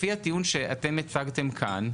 לפי הטיעון שאתם הצגתם כאן,